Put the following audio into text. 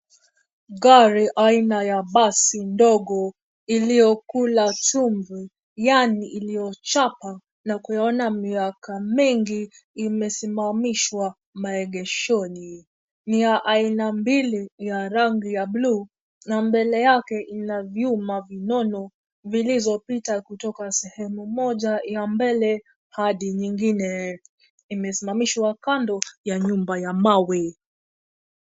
Gari aina ya basi ndogo, iliyokula chumvi, yani iliyochapa, na kuyaona miaka mengi, imesimamishwa, maegeshoni, ni ya aina mbili, ya rangi ya bluu, na mbele yake ina vyuma vinono, vilizopita kutoka sehemu moja ya mbele, hadi nyingine, imesimamishwa kando ya nyumba ya mawe.